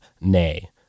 nay